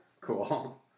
cool